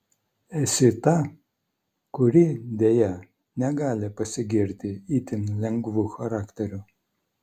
esi ta kuri deja negali pasigirti itin lengvu charakteriu